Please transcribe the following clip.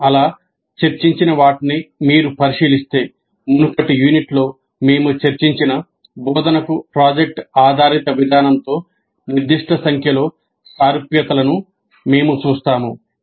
మేము అలా చర్చించిన వాటిని మీరు పరిశీలిస్తే మునుపటి యూనిట్లో మేము చర్చించిన బోధనకు ప్రాజెక్ట్ ఆధారిత విధానంతో నిర్దిష్ట సంఖ్యలో సారూప్యతలను మేము చూస్తాము